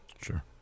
Sure